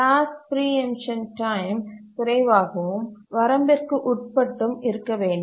task preemption time குறைவாகவும் வரம்பிற்கு உட்பட்டும் இருக்க வேண்டும்